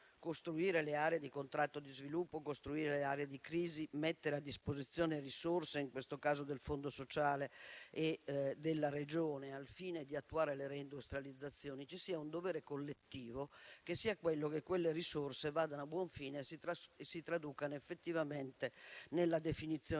costruire le aree di contratto di sviluppo, costruire le aree di crisi, mettere a disposizione risorse, in questo caso del Fondo sociale e della Regione al fine di attuare la reindustrializzazione, ci sia un dovere collettivo che è quello che quelle risorse vadano a buon fine e si traducano effettivamente nella definizione